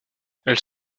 elle